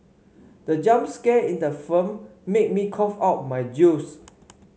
the jump scare in the film made me cough out my juice